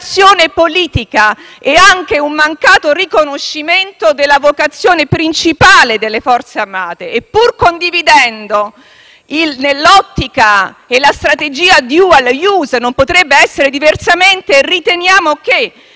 politica e anche un mancato riconoscimento della vocazione principale delle Forze armate. Pur condividendo l'ottica che la strategia *dual use* non potrebbe essere diversa, riteniamo che